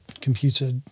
computer